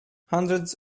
hundreds